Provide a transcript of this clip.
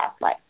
life